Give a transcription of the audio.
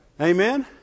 amen